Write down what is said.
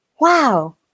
wow